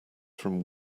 from